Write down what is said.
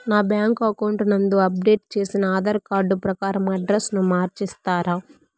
నా bank account నందు update చేసిన ఆధార్ కార్డు ప్రకారం అడ్రస్ ను మార్చిస్తారా?